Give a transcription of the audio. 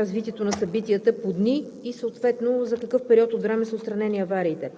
развитието на събитията по дни и съответно за какъв период от време са отстранени авариите.